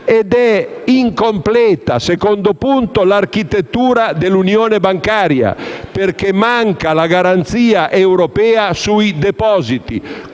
poi incompleta - è il secondo punto - l'architettura dell'Unione bancaria, perché manca la garanzia europea sui depositi.